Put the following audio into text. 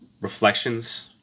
reflections